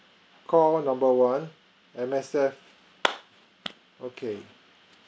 call number one M_S_F okay